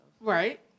Right